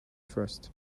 first